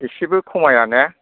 एसेबो खमाया ने